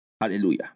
Hallelujah